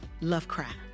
Lovecraft